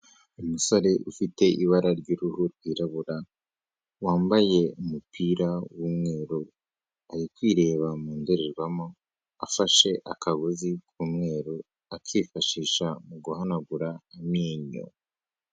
Umusore ufite ibara ry'uruhu rwirabura, wambaye umupira w'umweru, ari kwireba mu ndorerwamo afashe akagozi k'umweru, akifashisha mu guhanagura amenyo.